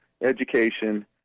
education